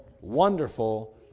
Wonderful